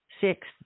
Six